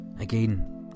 again